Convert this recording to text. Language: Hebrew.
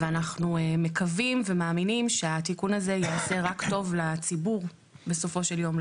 ואנחנו מקווים ומאמינים שהתיקון הזה יעשה רק טוב לציבור בסופו של יום.